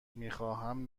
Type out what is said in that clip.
میخواهم